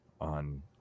on